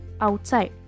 outside